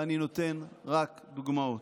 ואני נותן רק דוגמאות.